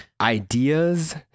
ideas